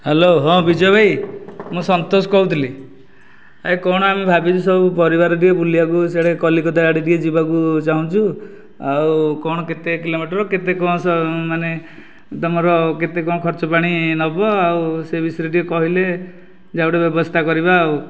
hello ହଁ ବିଜୟ ଭାଇ ମୁଁ ସନ୍ତୋଷ କହୁଥିଲି ଏ କ'ଣ ଆମେ ଭାବୁଥିଲୁ ସବୁ ପରିବାର ଟିକେ ସିଆଡ଼େ କଲିକତା ଆଡ଼େ ଟିକେ ଯିବାକୁ ଚାହୁଁଛୁ ଆଉ କ'ଣ କେତେ କିଲୋମିଟର କେତେ କ'ଣ ମାନେ ତୁମର କେତେ କ'ଣ ଖର୍ଚ୍ଚ ପାଣି ନେବ ଆଉ ସେ ବିଷୟରେ ଟିକେ କହିଲେ ଯାହା ଗୋଟିଏ ବ୍ୟବସ୍ଥା କରିବା ଆଉ